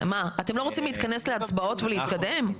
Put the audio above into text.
מה, אתם לא רוצים להתכנס להצבעות ולהתקדם?